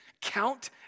count